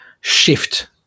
shift